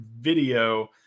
video